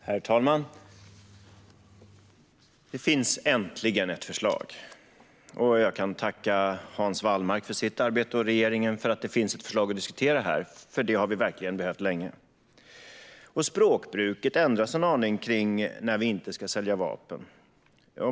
Herr talman! Det finns äntligen ett förslag. Jag tackar Hans Wallmark för hans arbete och regeringen för att det finns ett förslag att diskutera här, för det har vi verkligen behövt länge. Språkbruket ändras en aning i fråga om när vi inte ska sälja vapen.